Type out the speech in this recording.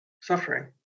suffering